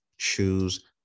choose